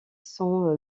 sont